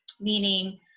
meaning